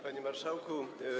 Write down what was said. Panie Marszałku!